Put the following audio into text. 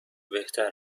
بهتر